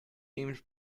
aimed